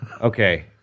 Okay